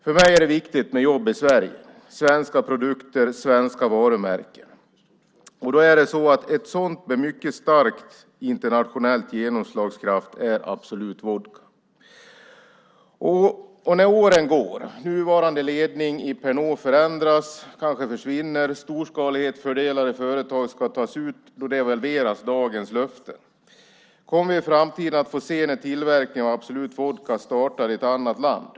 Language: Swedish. För mig är det viktigt med jobb i Sverige, svenska produkter och svenska varumärken. Ett sådant med mycket stark internationell genomslagskraft är Absolut Vodka. När åren går, nuvarande ledning i Pernod förändras, kanske försvinner, storskalighetsfördelar i företaget ska tas ut, devalveras dagens löfte och vi kommer i en framtid att få se när tillverkning av Absolut Vodka startar i ett annat land.